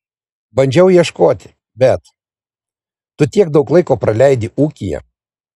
bandžiau ieškoti bet tu tiek daug laiko praleidi ūkyje